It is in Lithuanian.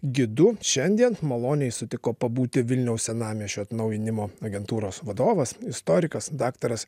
gidu šiandien maloniai sutiko pabūti vilniaus senamiesčio atnaujinimo agentūros vadovas istorikas daktaras